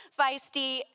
feisty